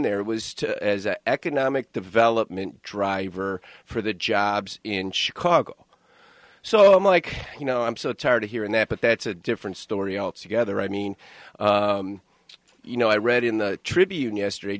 was economic development driver for the jobs in chicago so i'm like you know i'm so tired of hearing that but that's a different story altogether i mean you know i read in the tribune yesterday